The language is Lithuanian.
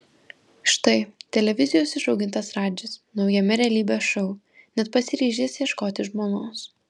štai televizijos išaugintas radžis naujame realybės šou net pasiryžęs ieškoti žmonos